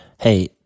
Hey